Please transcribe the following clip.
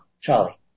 Charlie